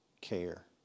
care